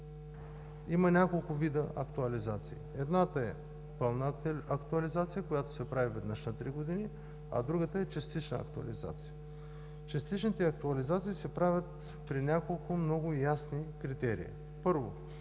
има няколко вида актуализации. Едната е пълна актуализация, която се прави веднъж на три години, а другата е частична актуализация. Частичните актуализации се правят при няколко много ясни критерии: Първо,